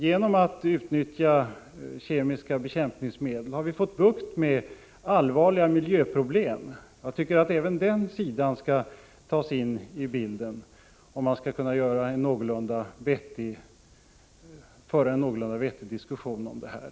Genom att 97 utnyttja kemiska bekämpningsmedel har vi fått bukt med allvarliga miljöproblem. Jag tycker att även den sidan skall tas in i bilden, om man skall kunna föra en någorlunda vettig diskussion om det här.